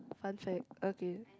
fun fact okay